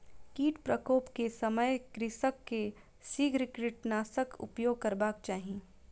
कीट प्रकोप के समय कृषक के शीघ्र कीटनाशकक उपयोग करबाक चाही